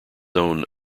own